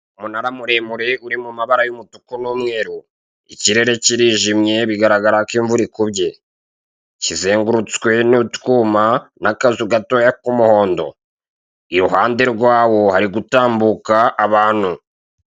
Umunara muremure uri mu mabara y'umutuku n'umweru. Ikirere kirijimye bigaragara ko imvura ikubye. Kizengurutswe n'utwuma na kazu gatoya k'umuhondo. Iruhande rwabo hari gutambuka abantu.